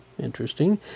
Interesting